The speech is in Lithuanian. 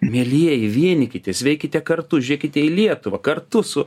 mielieji vienykitės veikite kartu žiūrėkite į lietuvą kartu su